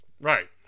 Right